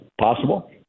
possible